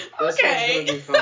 Okay